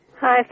Hi